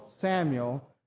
Samuel